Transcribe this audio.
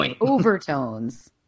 overtones